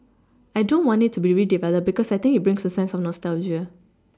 I don't want it to be redeveloped because I think it brings a sense of nostalgia